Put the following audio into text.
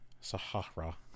Sahara